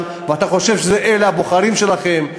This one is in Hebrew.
ואתה חושב שאלה הבוחרים שלכם.